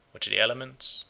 which the elements,